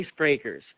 icebreakers